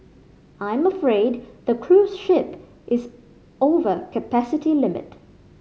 I'm afraid the cruise ship is over capacity limit